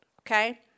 Okay